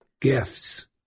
gifts